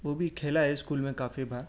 وہ بھی کھیلا ہے اسکول میں کافی بار